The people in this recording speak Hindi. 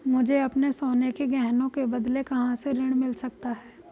मुझे अपने सोने के गहनों के बदले कहां से ऋण मिल सकता है?